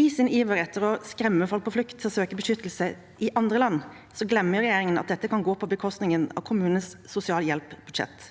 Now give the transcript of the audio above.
I sin iver etter å skremme folk på flukt som søker beskyttelse i andre land, glemmer regjeringen at dette kan gå på bekostning av kommunenes sosialhjelpsbudsjetter.